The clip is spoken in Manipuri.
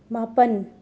ꯃꯥꯄꯟ